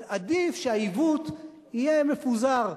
אבל עדיף שהעיוות יהיה מפוזר,